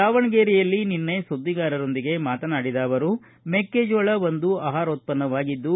ದಾವಣಗೆರೆಯಲ್ಲಿ ನಿನ್ನೆ ಸುದ್ದಿಗಾರರೊಂದಿಗೆ ಮಾತನಾಡಿದ ಅವರು ಮೆಕ್ಕೆಜೋಳ ಒಂದು ಆಹಾರೋತ್ಪನ್ನವಾಗಿದ್ದು